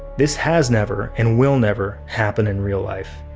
this has never, and will never happen in real life.